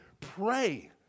pray